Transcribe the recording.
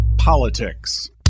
Politics